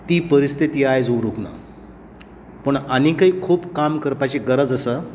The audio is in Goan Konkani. ती परीस्थिती आयज उरूंक ना पण आनीकय खूब काम करपाची गरज आसा